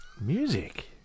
Music